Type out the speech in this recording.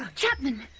chapman!